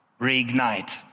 reignite